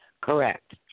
Correct